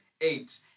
Eight